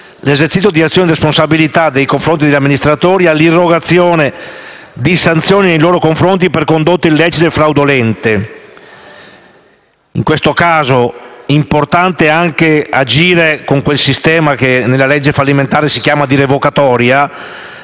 l'esercizio dell'azione di responsabilità nei confronti degli amministratori all'irrogazione di sanzioni nei loro confronti per condotte illecite e fraudolente. In questo caso, è importante anche agire con quel sistema che nella legge fallimentare si chiama di revocatoria,